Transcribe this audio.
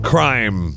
Crime